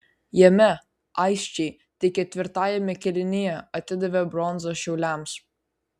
jame aisčiai tik ketvirtajame kėlinyje atidavė bronzą šiauliams